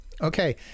okay